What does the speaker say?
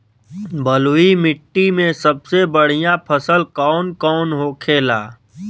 बलुई मिट्टी में सबसे बढ़ियां फसल कौन कौन होखेला?